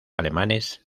alemanes